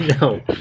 No